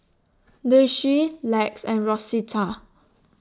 Daisye Lex and Rosita